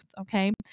Okay